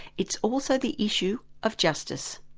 it's also the issue of justice.